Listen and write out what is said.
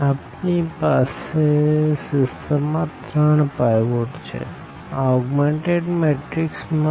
આપણી પાસે સીસ્ટમ માં ત્રણ પાઈવોટ છે આ ઓગ્મેનટેડ મેટ્રીક્સ માં